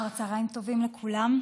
אחר צוהריים טובים לכולם.